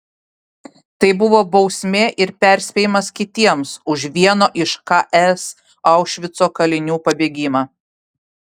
tai buvo bausmė ir perspėjimas kitiems už vieno iš ks aušvico kalinių pabėgimą